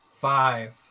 Five